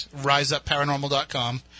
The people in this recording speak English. RiseUpParanormal.com